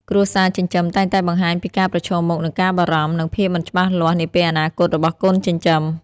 គ្រួសារចិញ្ចឹមតែងតែបង្ហាញពីការប្រឈមមុខនឹងការបារម្ភ និងភាពមិនច្បាស់លាស់នាពេលអនាគតរបស់កូនចិញ្ចឹម។